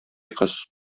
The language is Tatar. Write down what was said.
кыз